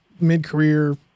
mid-career